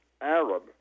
Arab